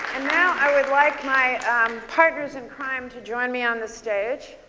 and now i would like my partners in crime to join me on the stage